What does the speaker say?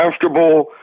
comfortable